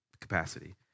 capacity